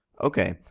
okay,